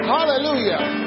Hallelujah